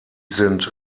sind